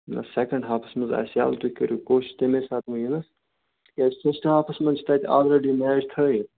نہٕ سیٚکَنٛڈ ہافَس منٛز آسہِ یَلہٕ تُہۍ کَرِو کوٗشِش تٔمی ساتہٕ یِنَس کیٛازِکہِ فٔسٹ ہافَس منٛز چھِ تَتہِ آل ریڈی میٚچ تھٲوِتھ